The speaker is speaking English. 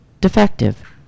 defective